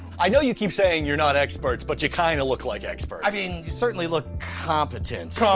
i know you keep saying you're not experts but you kind of look like experts. i mean, you certainly look competent.